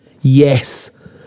Yes